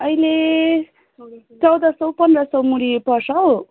अहिले चौध सय पन्ध्र सय मुरी पर्छ हौ